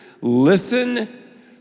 Listen